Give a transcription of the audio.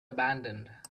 abandoned